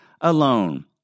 alone